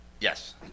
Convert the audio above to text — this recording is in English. Yes